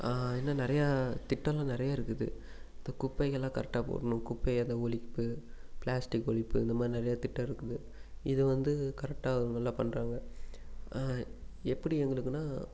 இன்னும் நிறையா திட்டமெல்லாம் நிறையா இருக்குது இந்த குப்பைகளெலாம் கரெக்டாக போடணும் குப்பையை அந்த ஒழிப்பு பிளாஸ்டிக் ஒழிப்பு இந்த மாதிரி நிறையா திட்டம் இருக்குது இதை வந்து கரெக்டாக நல்லா பண்ணுறாங்க எப்படி எங்களுக்குனால்